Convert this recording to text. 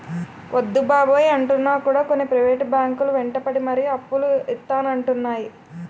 వద్దు బాబోయ్ అంటున్నా కూడా కొన్ని ప్రైవేట్ బ్యాంకు లు వెంటపడి మరీ అప్పులు ఇత్తానంటున్నాయి